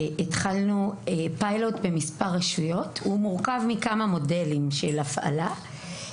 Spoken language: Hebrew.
הוא מורכב מכמה מודלים של הפעלה,